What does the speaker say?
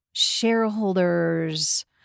shareholders